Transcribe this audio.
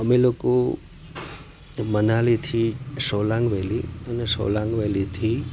અમે લોકો મનાલીથી સોલાંગ વેલી અને સોલાંગ વેલીથી